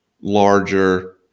larger